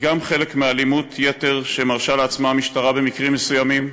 היא גם חלק מאלימות יתר שמרשה לעצמה המשטרה במקרים מסוימים,